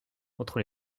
contre